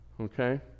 Okay